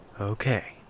Okay